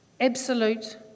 absolute